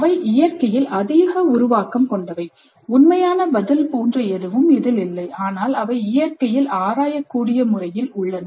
அவை இயற்கையில் அதிக உருவாக்கம் கொண்டவை உண்மையான பதில் போன்ற எதுவும் இல்லை ஆனால் அவை இயற்கையில் ஆராயக்கூடிய முறையில் உள்ளன